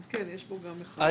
כן, יש פה גם אחד שניים.